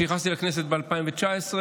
כשנכנסתי לכנסת ב-2019,